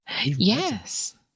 Yes